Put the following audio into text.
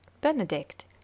Benedict